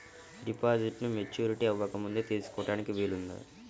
డిపాజిట్ను మెచ్యూరిటీ అవ్వకముందే తీసుకోటానికి వీలుందా?